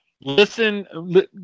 listen